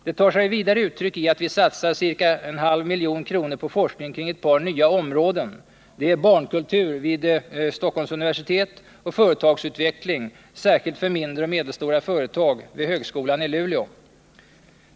Det tar sig för det andra uttryck i att vi satsar ca 0,5 milj.kr. på forskning inom ett par nya områden, barnkultur vid Stockholms universitet och företagsutveckling, särskilt för mindre och medelstora företag, vid högskolan i Luleå.